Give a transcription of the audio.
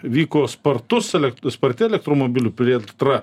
vyko spartus elek sparti elektromobilių plėtra